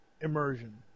immersion